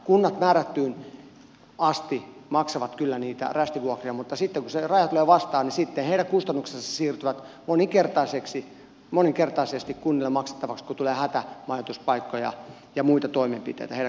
kunnat määrättyyn asti maksavat kyllä niitä rästivuokria mutta sitten kun se raja tulee vastaan sitten heidän kustannuksensa siirtyvät moninkertaisesti kunnille maksettavaksi kun tulee hätämajoituspaikkoja ja muita toimenpiteitä heidän kohdalleen